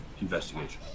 investigation